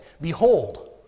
Behold